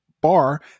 bar